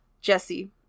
Jesse